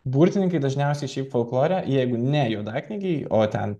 burtininkai dažniausiai šiaip folklore jeigu ne juodaknygiai o ten